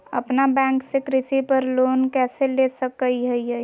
अपना बैंक से कृषि पर लोन कैसे ले सकअ हियई?